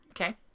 Okay